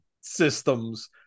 systems